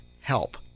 help